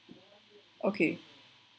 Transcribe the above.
okay